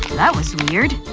that was weird.